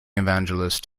evangelist